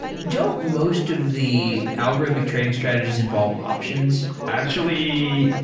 don't most of the algorithmic trading strategies involve options? actually,